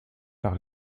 par